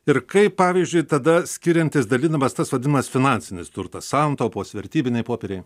ir kaip pavyzdžiui tada skiriantis dalinamas tas vadinamas finansinis turtas santaupos vertybiniai popieriai